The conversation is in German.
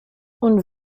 und